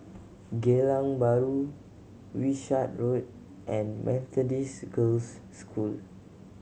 Geylang Bahru Wishart Road and Methodist Girls' School